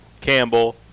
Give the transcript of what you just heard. Campbell